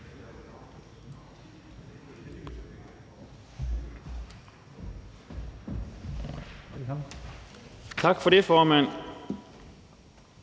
Tak for ordet, formand,